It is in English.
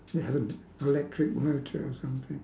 it'd have a electric motor or something